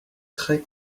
très